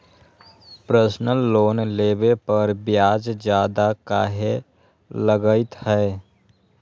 Personal loan लेबे पर ब्याज ज्यादा काहे लागईत है?